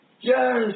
yes